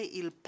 il